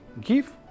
give